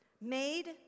Made